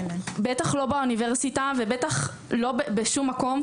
בטח לא באוניברסיטה ובטח לא בשום מקום.